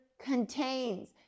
contains